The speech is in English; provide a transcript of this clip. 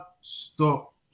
stop